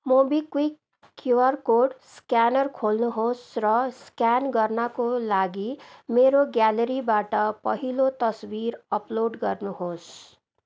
MobiKwik QR code scanner खोल्नुहोस् र scan गर्नाको लागि मेरो ग्यालेरीबाट पहिलो तस्विर अपलोड गर्नुहोस्